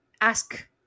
ask